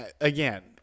again